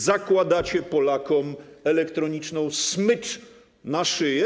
Zakładacie Polakom elektroniczną smycz na szyję.